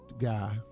guy